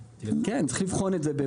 צריך לבחון את זה.